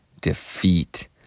defeat